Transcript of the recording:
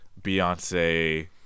Beyonce